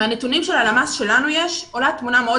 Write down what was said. מהנתונים של הלשכה המרכזית שיש לנו עולה תמונה מאוד